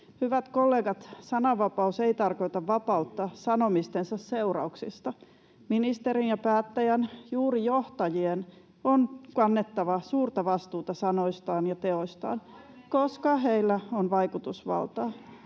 Hyvät kollegat, sananvapaus ei tarkoita vapautta sanomistensa seurauksista. Ministerin ja päättäjän, juuri johtajien, on kannettava suurta vastuuta sanoistaan ja teoistaan, [Jenna Simula: